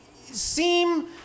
seem